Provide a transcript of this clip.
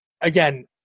again